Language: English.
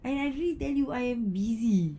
and I actually tell you I am busy